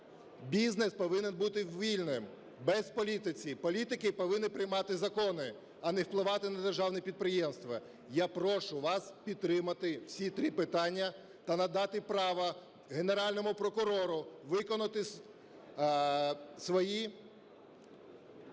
Бізнес повинен бути вільним, без політики. Політики повинні приймати закони, а не впливати на державне підприємство. Я прошу вас підтримати всі три питання та надати право Генеральному прокурору виконати свої